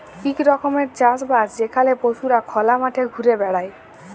ইক রকমের চাষ বাস যেখালে পশুরা খলা মাঠে ঘুরে বেড়ায়